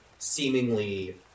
seemingly